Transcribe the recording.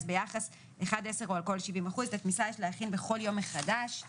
ביחס 1:10 או אלכוהול 70%; את התמיסה יש להכין בכל יום מחדש;